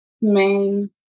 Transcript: main